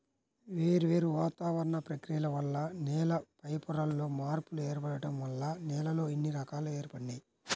వేర్వేరు వాతావరణ ప్రక్రియల వల్ల నేల పైపొరల్లో మార్పులు ఏర్పడటం వల్ల నేలల్లో ఇన్ని రకాలు ఏర్పడినియ్యి